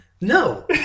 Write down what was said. No